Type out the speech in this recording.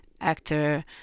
actor